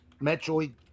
Metroid